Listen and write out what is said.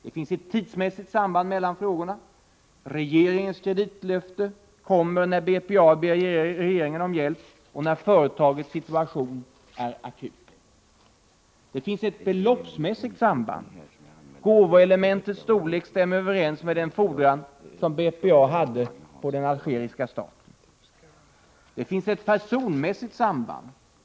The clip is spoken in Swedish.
Det finns ett tidsmässigt samband mellan frågorna. Regeringens kreditlöfte kommer när BPA ber regeringen om hjälp och företagets situation är akut. Det finns ett beloppsmässigt samband. Gåvoelementets storlek stämmer överens med den fordran som BPA hade på den algeriska staten. Det finns ett personmässigt samband.